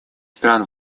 стран